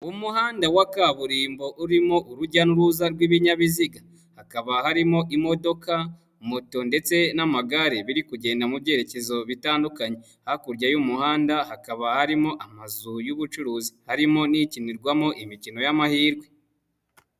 Umuhanda wa kaburimbo urimo urujya n'uruza rw'ibinyabiziga, hakaba harimo imodoka, moto ndetse n'amagare biri kugenda mu byerekezo bitandukanye, hakurya y'umuhanda hakaba harimo amazu y'ubucuruzi, harimo n'ikinirwamo imikino y'amahirwe.